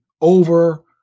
over